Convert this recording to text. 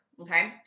Okay